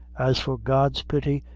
as for god's pity,